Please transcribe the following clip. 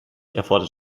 erfordert